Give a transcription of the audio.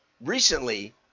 recently